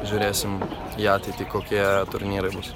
žiūrėsim į ateitį kokie turnyrai bus